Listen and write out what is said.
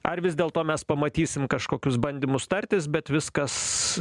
ar vis dėlto mes pamatysim kažkokius bandymus tartis bet viskas